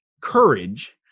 courage